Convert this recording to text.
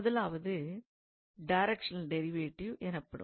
முதலாவது directional derivative எனப்படும்